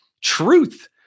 truth